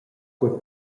quei